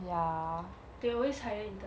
they always hire intern